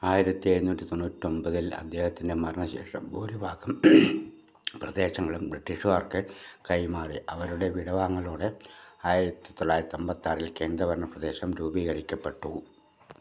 ആയിരത്തി എഴുനൂറ്റി തൊണ്ണൂറ്റൊമ്പതിൽ അദ്ദേഹത്തിൻ്റെ മരണശേഷം ഭൂരിഭാഗം പ്രദേശങ്ങളും ബ്രിട്ടീഷുകാർക്ക് കൈമാറി അവരുടെ വിടവാങ്ങലോടെ ആയിരത്തി തൊള്ളായിരത്തി അമ്പത്താറിൽ കേന്ദ്രഭരണ പ്രദേശം രൂപീകരിക്കപ്പെട്ടു